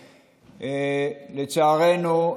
לצערנו,